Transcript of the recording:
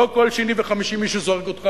לא כל שני וחמישי מישהו זורק אותך